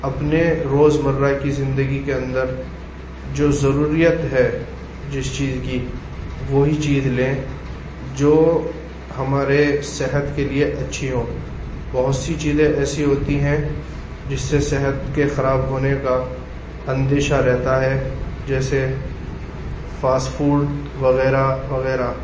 اپنے روز مرہ کی زندگی کے اندر جو ضروریت ہے جس چیز کی وہی چیز لیں جو ہمارے صحت کے لیے اچھی ہوں بہت سی چیزیں ایسی ہوتی ہیں جس سے صحت کے خراب ہونے کا اندیشہ رہتا ہے جیسے فاسٹ فوڈ وغیرہ وغیرہ